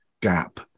gap